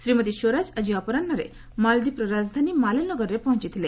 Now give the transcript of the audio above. ଶ୍ରୀମତୀ ସ୍ୱରାଜ ଆକି ଅପରାହ୍ରରେ ମାଳଦ୍ୱୀପର ରାଜଧାନୀ ମାଲେ ନଗରରେ ପହଞ୍ଚଥିଲେ